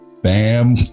Bam